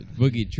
boogie